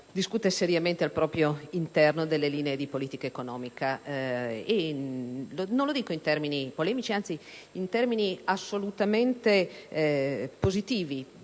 discute seriamente al proprio interno delle linee di politica economica. Non lo dico polemicamente, ma in termini assolutamente positivi